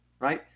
Right